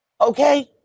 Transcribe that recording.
Okay